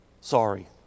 Sorry